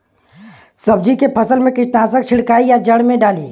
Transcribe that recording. सब्जी के फसल मे कीटनाशक छिड़काई या जड़ मे डाली?